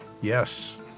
Yes